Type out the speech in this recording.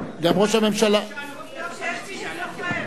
טוב שיש מי שזוכר.